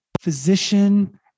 physician